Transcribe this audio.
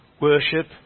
worship